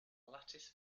lattice